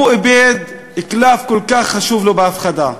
איבד קלף כל כך חשוב לו בהפחדה,